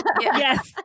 Yes